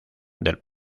del